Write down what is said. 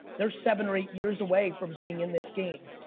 there's seven or eight years away from being in this game.